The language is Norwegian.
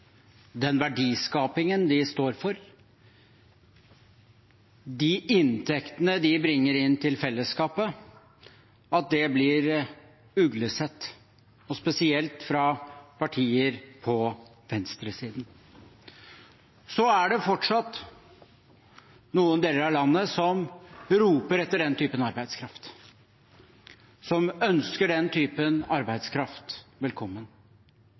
den verdiskapingen de står for, de inntektene de bringer inn til fellesskapet, blir uglesett, spesielt av partier på venstresiden. Så er det fortsatt noen deler av landet som roper etter den typen arbeidskraft, som ønsker den typen arbeidskraft velkommen.